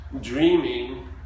dreaming